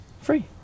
Free